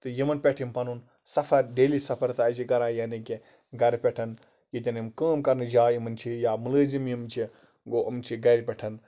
تہٕ یِمن پٮ۪ٹھ یِم سَفر پَنُن ڈیلی سَفر طے چھِ کران یعنی کہِ گر پٮ۪ٹھ ییٚتٮ۪ن یِم کٲم کرنٕچ جاے یِمن چھِ یا مُلٲزِم یِمن چھِ گوٚو یِم چھِ گرِ پٮ۪ٹھ